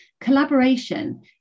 collaboration